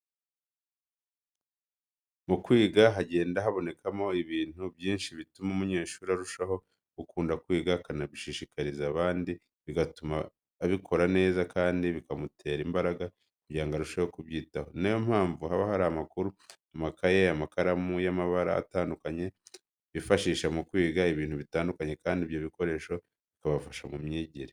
Mu kwiga hagenda habonekamo ibintu byinshi bituma umunyeshuri arushaho gukunda kwiga akanabishishikarira kandi bigatuma abikora neza kandi bikamutera imbaraga kugirango arusheho kubyitaho. Ninayo mpamvu haba hari amakaramu, amakaye , amakaramu y'amabara atandukanye bifashisha mu kwiga ibintu bitandukanye kandi ibyo bikoresho bikabafasha mu myigire.